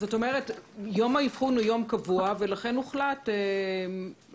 זאת אומרת שיום האבחון הוא יום קבוע ולכן הוחלט --- נכון.